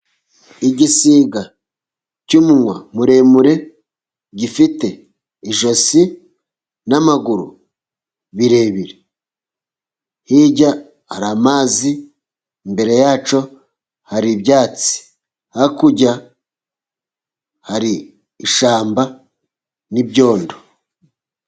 Igisiga cy'umunwa muremure, gifite ijosi n'amaguru birebire. Hirya hari amazi, imbere ya cyo hari ibyatsi. Hakurya hari ishyamba n'ibyondo.